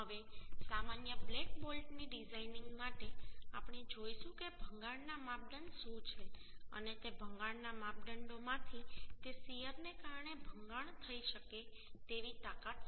હવે સામાન્ય બ્લેક બોલ્ટની ડિઝાઈનિંગ માટે આપણે જોઈશું કે ભંગાણ ના માપદંડ શું છે અને તે ભંગાણ ના માપદંડોમાંથી તે શીયરને કારણે ભંગાણ થઈ શકે તેવી તાકાત શું છે